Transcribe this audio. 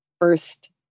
first